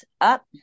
up